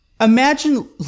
Imagine